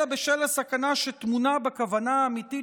אלא בשל הסכנה שטמונה בכוונה האמיתית